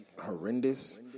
horrendous